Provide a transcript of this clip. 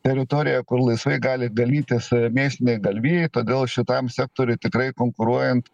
teritoriją kur laisvai gali ganytis mėsiniai galvijai todėl šitam sektoriui tikrai konkuruojant